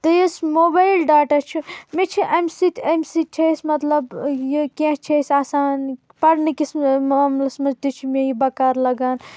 تہٕ یُس mobile data چھُ مےٚ چھُ امہِ سۭتۍ امہِ سۭتۍ چھُ اسہِ مطلب یہ کینٛہہ چھِ أسۍ آسان پرنہٕ کِس معاملس منٛز تہِ چھُ مےٚ یہ بکار لگان